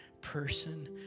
person